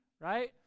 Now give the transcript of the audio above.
right